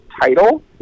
title